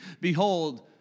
Behold